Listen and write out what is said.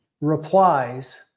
replies